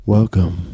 Welcome